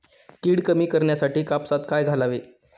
कीड कमी करण्यासाठी कापसात काय घालावे?